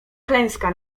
klęska